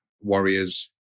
warriors